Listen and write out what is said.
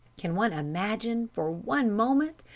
can one imagine, for one moment,